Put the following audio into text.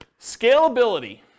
Scalability